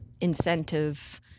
incentive